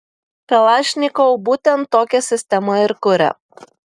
kalašnikov būtent tokią sistemą ir kuria